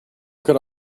could